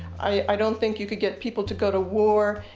i don't think you can get people to go to war,